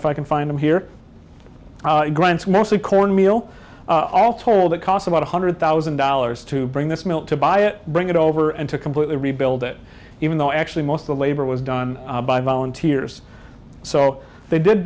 if i can find them here grants mostly cornmeal all told it cost about one hundred thousand dollars to bring this mill to buy it bring it over and to completely rebuild it even though actually most of the labor was done by volunteers so they did